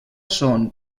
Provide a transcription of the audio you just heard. són